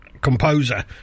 composer